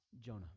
Jonah